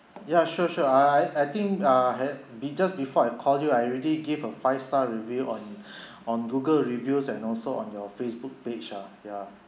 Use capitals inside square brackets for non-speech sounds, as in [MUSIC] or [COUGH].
ya sure sure uh I I think uh h~ be~ just before I call you I already gave a five star review on [BREATH] on Google reviews and also on your Facebook page ah ya